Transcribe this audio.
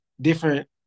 different